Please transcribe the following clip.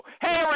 Hey